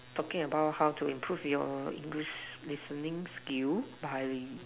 talking about how to improve your English listening skill by